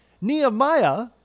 Nehemiah